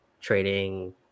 trading